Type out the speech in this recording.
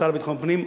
השר לביטחון פנים,